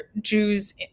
Jews